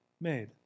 made